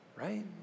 right